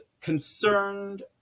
concerned